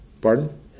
Pardon